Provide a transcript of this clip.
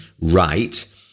right